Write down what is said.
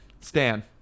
Stan